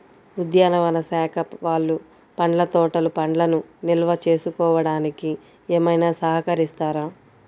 ఉద్యానవన శాఖ వాళ్ళు పండ్ల తోటలు పండ్లను నిల్వ చేసుకోవడానికి ఏమైనా సహకరిస్తారా?